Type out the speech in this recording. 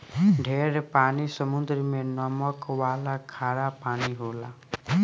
ढेर पानी समुद्र मे नमक वाला खारा पानी होला